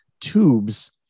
tubes